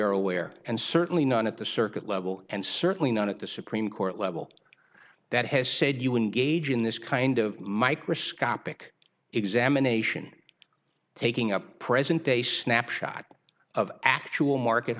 are aware and certainly not at the circuit level and certainly not at the supreme court level that has said you were engaged in this kind of microscopic examination taking a present day snapshot of actual market